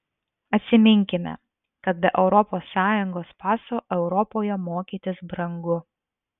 atsiminkime kad be europos sąjungos paso europoje mokytis brangu